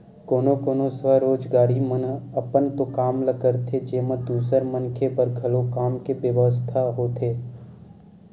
कोनो कोनो स्वरोजगारी मन अपन तो काम ल करथे जेमा दूसर मनखे बर घलो काम के बेवस्था होथे